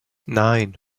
nine